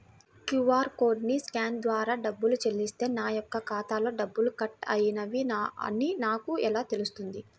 QR కోడ్ని scan ద్వారా డబ్బులు చెల్లిస్తే నా యొక్క ఖాతాలో డబ్బులు కట్ అయినవి అని నాకు ఎలా తెలుస్తుంది?